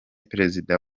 prezida